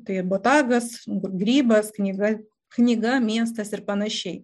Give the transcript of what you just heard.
tai botagas grybas knyga knyga miestas ir panašiai